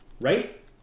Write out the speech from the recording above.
right